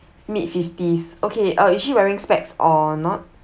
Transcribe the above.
mid fifties okay uh is she wearing specs or not